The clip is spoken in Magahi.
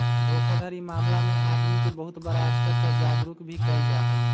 धोखाधड़ी मामला में आदमी के बहुत बड़ा स्तर पर जागरूक भी कइल जाहई